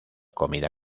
comida